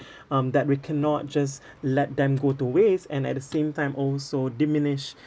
um that we cannot just let them go to waste and at the same time also diminish